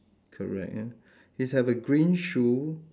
correct ah he's have a green shoe